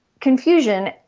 Confusion